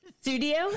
Studio